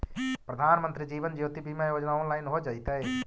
प्रधानमंत्री जीवन ज्योति बीमा योजना ऑनलाइन हो जइतइ